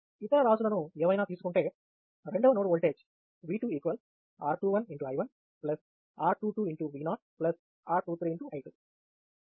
ఇతర రాశులను ఏవైనా తీసుకుంటే రెండవ నోడ్ ఓల్టేజ్ V 2 r 21